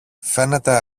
φαίνεται